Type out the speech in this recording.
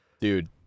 Dude